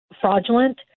fraudulent